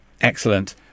Excellent